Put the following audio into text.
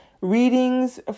readings